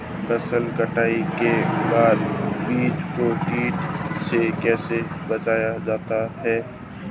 फसल कटाई के बाद बीज को कीट से कैसे बचाया जाता है?